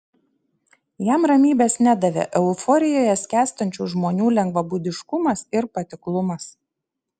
jam ramybės nedavė euforijoje skęstančių žmonių lengvabūdiškumas ir patiklumas